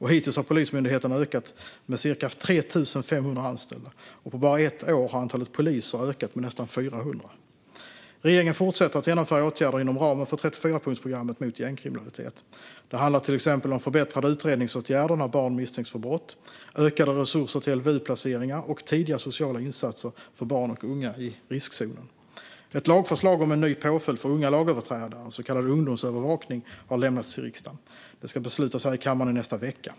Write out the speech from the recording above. Hittills har Polismyndigheten ökat med ca 3 500 anställda, och på bara ett år har antalet poliser ökat med nästan 400. Regeringen fortsätter att genomföra åtgärder inom ramen för 34-punktsprogrammet mot gängkriminalitet. Det handlar till exempel om förbättrade utredningsåtgärder när barn misstänks för brott, ökade resurser till LVU-placeringar och tidiga sociala insatser för barn och unga i riskzonen. Ett lagförslag om en ny påföljd för unga lagöverträdare, så kallad ungdomsövervakning, har lämnats till riksdagen. Det ska beslutas här i kammaren nästa vecka.